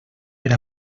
per